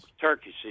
turkey